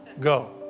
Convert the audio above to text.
go